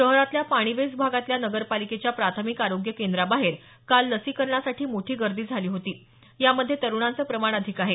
शहरातल्या पाणीवेस भागातल्या नगरपालिकेच्या प्राथमिक आरोग्य केंद्राबाहेर काल लसीकरणासाठी मोठी गर्दी झाली होती यामध्ये तरुणांचं प्रमाण अधिक आहे